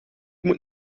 moet